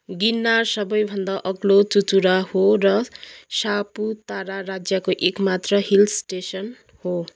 गिरनार सबैभन्दा अग्लो चुचुरा हो र सापुतारा राज्यको एक मात्र हिल स्टेसन हो